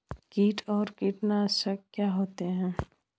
कीट और कीटनाशक क्या होते हैं?